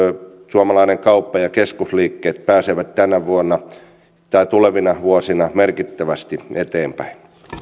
suomalainen kauppa ja keskusliikkeet pääsevät tulevina vuosina merkittävästi eteenpäin